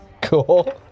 cool